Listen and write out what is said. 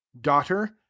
daughter